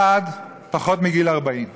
אחד בן פחות מ-40,